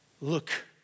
Look